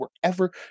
wherever